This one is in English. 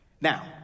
Now